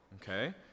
okay